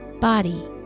body